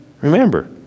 Remember